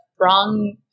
wrong